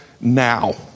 now